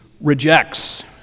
rejects